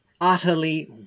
utterly